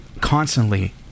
constantly